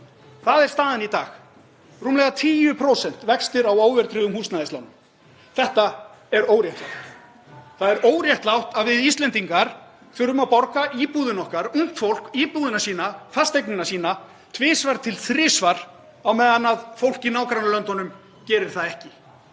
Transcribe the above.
Það er staðan í dag, rúmlega 10% vextir á óverðtryggðum húsnæðislánum. Þetta er óréttlátt. Það er óréttlátt að við Íslendingar þurfum að borga íbúðina okkar, ungt fólk íbúðina sína, fasteignina sína, tvisvar til þrisvar á meðan fólk í nágrannalöndunum gerir það ekki.